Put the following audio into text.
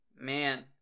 Man